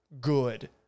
good